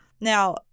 Now